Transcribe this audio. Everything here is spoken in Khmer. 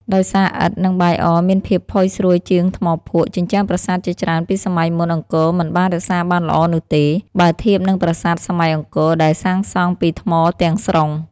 ដោយសារឥដ្ឋ និងបាយអរមានភាពផុយស្រួយជាងថ្មភក់ ជញ្ជាំងប្រាសាទជាច្រើនពីសម័យមុនអង្គរមិនបានរក្សាបានល្អនោះទេ បើធៀបនឹងប្រាសាទសម័យអង្គរដែលសាងសង់ពីថ្មទាំងស្រុង។